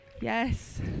Yes